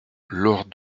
lors